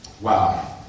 Wow